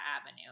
avenue